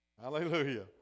Hallelujah